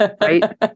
right